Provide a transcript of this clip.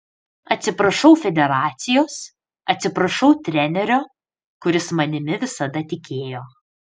atsiprašau federacijos atsiprašau trenerio kuris manimi visada tikėjo